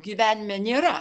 gyvenime nėra